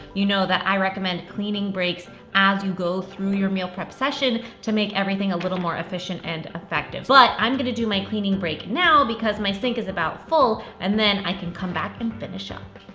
you know that i recommend cleaning breaks as you go through your meal prep session to make everything a little more efficient and effective. but i'm gonna do my cleaning break now because my sink is about full, and then i can come back and finish up.